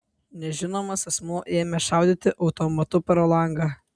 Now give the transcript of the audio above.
nežinomas asmuo ėmė šaudyti automatu pro langą